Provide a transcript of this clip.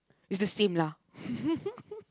is the same lah